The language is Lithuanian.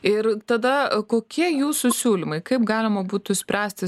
ir tada kokie jūsų siūlymai kaip galima būtų spręsti